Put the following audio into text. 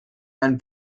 einen